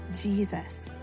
Jesus